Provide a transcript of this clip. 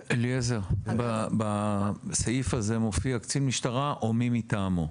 אליעזר, בסעיף הזה מופיע קצין משטרה או מי מטעמו.